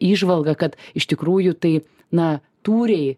įžvalgą kad iš tikrųjų tai na tūriai